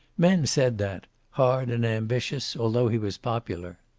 men said that hard and ambitious, although he was popular.